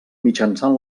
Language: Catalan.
mitjançant